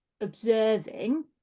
observing